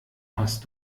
hast